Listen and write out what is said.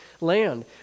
land